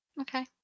Okay